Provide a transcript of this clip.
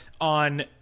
on